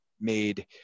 made